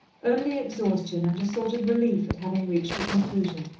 only exhaustion, and a sort of relief at having reached a conclusion.